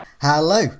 Hello